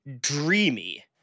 dreamy